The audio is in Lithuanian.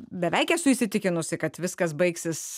beveik esu įsitikinusi kad viskas baigsis